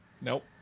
Nope